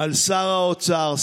על שר האוצר,